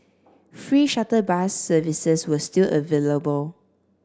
free shuttle bus services were still available